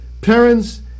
parents